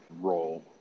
role